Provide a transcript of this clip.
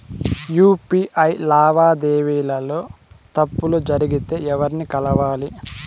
UPI లావాదేవీల లో తప్పులు జరిగితే ఎవర్ని కలవాలి?